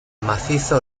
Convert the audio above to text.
macizo